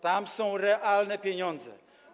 Tam są realne pieniądze.